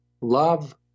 Love